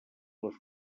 les